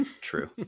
True